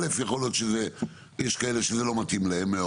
יש כאלה שזה לא מתאים להם,